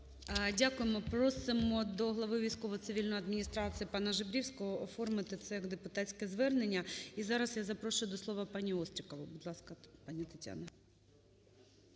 Дякуємо. Просимо до глави військово-цивільної адміністрації пана Жебрівського оформити це як депутатське звернення. І зараз я запрошую до слова пані Острікову.